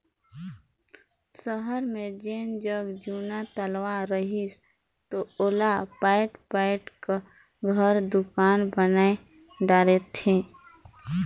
सहर मे जेन जग जुन्ना तलवा रहिस ओला पयाट पयाट क घर, दुकान बनाय डारे थे